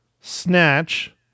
Snatch